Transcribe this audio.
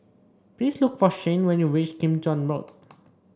please look for Shayne when you reach Kim Chuan Road